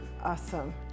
Awesome